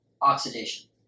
oxidation